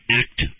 act